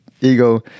Ego